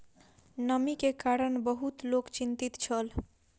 नमी के कारण बहुत लोक चिंतित छल